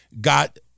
got